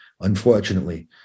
unfortunately